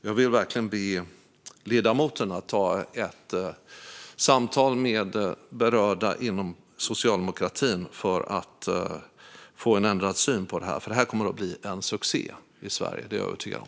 Jag vill verkligen be ledamoten att ta ett samtal med berörda inom socialdemokratin för att få en ändrad syn på detta, för det kommer att bli en succé i Sverige. Det är jag övertygad om.